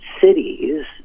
cities